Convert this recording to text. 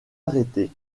arrêtée